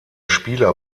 spieler